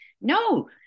No